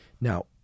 Now